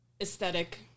aesthetic